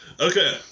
Okay